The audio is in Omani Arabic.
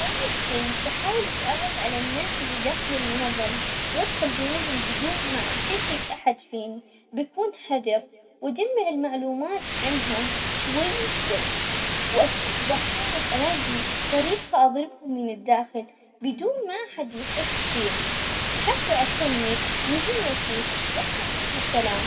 أول شي بحاول أتعرف على الناس اللي داخل المنظمة وأدخل بينهم بدون ما أشكك أحد\ فيني، بكون حذر وأجمع المعلومات عنهم شوي شوي، وأكيد بحاول ألاقي طريقة أضربهم من الداخل بدون ما أحد يحس فيني، حتى أكمل مهمتي وأطلع منها بسلام.